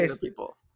people